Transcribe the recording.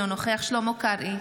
אינו נוכח שלמה קרעי,